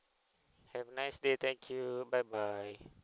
have a nice day thank you bye bye